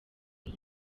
iyo